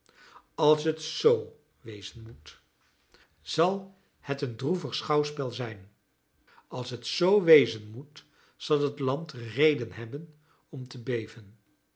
als het z wezen moet zal het een droevig schouwspel zijn als het z wezen moet zal het land reden hebben om te beven